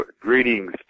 Greetings